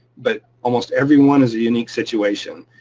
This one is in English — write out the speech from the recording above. but almost every one is a unique situation.